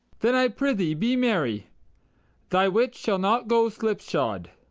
then i pr'ythee be merry thy wit shall not go slipshod.